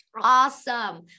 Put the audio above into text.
Awesome